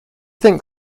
think